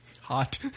Hot